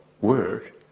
work